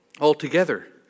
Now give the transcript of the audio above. altogether